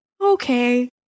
okay